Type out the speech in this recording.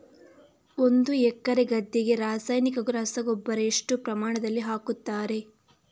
ಒಂದು ಎಕರೆ ಗದ್ದೆಗೆ ರಾಸಾಯನಿಕ ರಸಗೊಬ್ಬರ ಎಷ್ಟು ಪ್ರಮಾಣದಲ್ಲಿ ಹಾಕುತ್ತಾರೆ?